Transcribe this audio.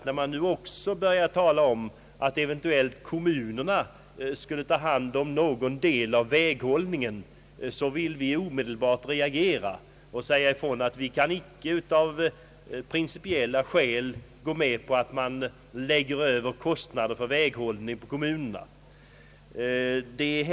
När man nu börjar tala om att kommunerna eventuellt skulle ta hand om också viss del av väghållningen reagerar vi på vårt håll häremot. Vi kan av principiella skäl inte gå med på att kostnaderna för väghållningen flyttas över på kommunerna.